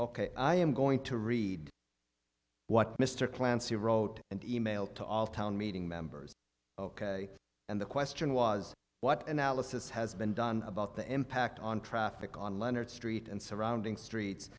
ok i am going to read what mr clancy wrote an e mail to town meeting members ok and the question was what analysis has been done about the impact on traffic on leonard street and surrounding street